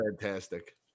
fantastic